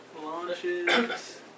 launches